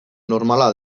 normala